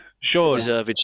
sure